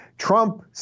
Trump